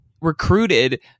recruited